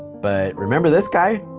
but remember this guy?